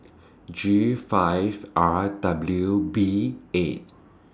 G five R W B eight